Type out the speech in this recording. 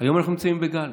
היום אנחנו נמצאים בגל.